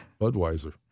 Budweiser